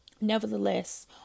Nevertheless